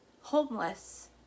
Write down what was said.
homeless